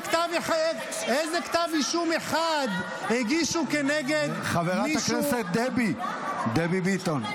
כתב אישום אחד הגישו נגד מישהו --- חברת הכנסת דבי ביטון,